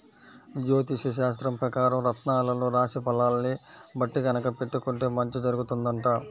జ్యోతిష్యశాస్త్రం పెకారం రత్నాలను రాశి ఫలాల్ని బట్టి గనక పెట్టుకుంటే మంచి జరుగుతుందంట